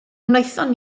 wnaethon